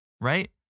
Right